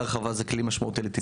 הרחבה זה כלי משמעותי לטיפול בנושא.